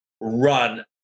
run